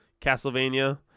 Castlevania